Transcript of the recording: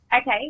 okay